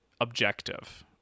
objective